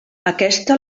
aquesta